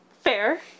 Fair